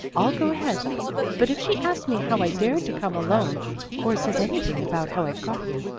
i'll go ahead but if she asks me how i dared to come alone or says anything about how i got here,